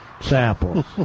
samples